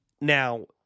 Now